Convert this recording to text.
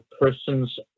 persons